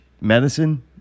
medicine